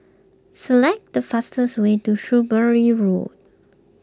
select the fastest way to Shrewsbury Road